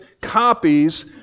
copies